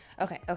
Okay